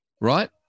right